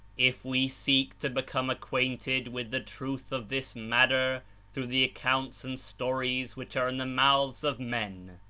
if we seek to become acquainted with the truth of this matter through the accounts and stories which are in the mouths of men,